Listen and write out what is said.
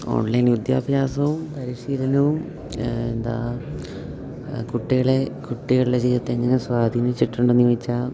online വിദ്യാഭ്യാസവും പരിശീലനവും എന്താ കുട്ടികളെ കുട്ടികളുടെ ജീവിതത്തെ എങ്ങനെ സ്വാധീനിച്ചിട്ടുണ്ടെന്ന് ചോദിച്ചാൽ